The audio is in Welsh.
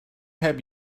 heb